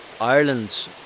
Ireland